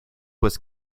was